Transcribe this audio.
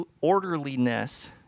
orderliness